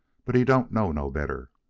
but he don't know no better.